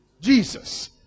Jesus